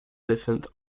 elephants